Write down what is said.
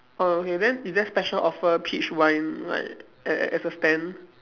oh okay then is there special offer peach wine like a~ as a stand